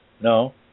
No